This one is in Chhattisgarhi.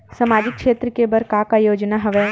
सामाजिक क्षेत्र के बर का का योजना हवय?